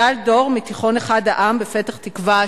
גל דור מתיכון אחד העם בפתח-תקווה,